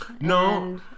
No